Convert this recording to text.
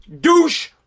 douche